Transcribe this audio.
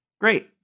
Great